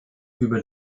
über